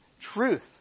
truth